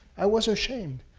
i was ashamed.